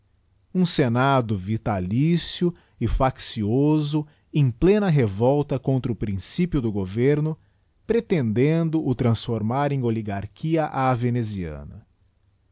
um jpena í aritalicio e faccioso em pleça revolta contia o principio do governo pretendendo o transformar em oiigarchía á veneziana